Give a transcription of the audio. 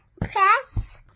Press